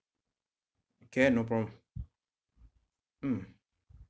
can no problem mm